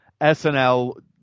SNL